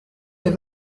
lès